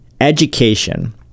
Education